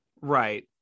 Right